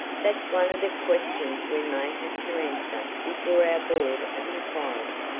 that's one of the questions we may have to answer before our board of inquiry,